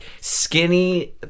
skinny